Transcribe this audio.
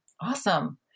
Awesome